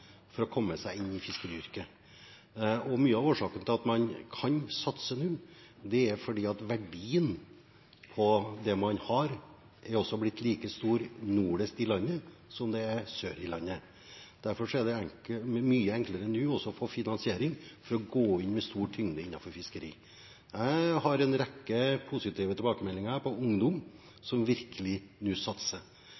for å komme seg inn i fiskeryrket. Mye av årsaken til at man kan satse nå, er at verdien på det man har, er blitt like stor lengst nord i landet som sør i landet. Derfor er det mye enklere nå å få finansiering til å gå inn med stor tyngde i fiskeri. Jeg har fått en rekke positive tilbakemeldinger om ungdom